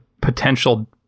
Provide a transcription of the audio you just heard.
potential